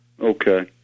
Okay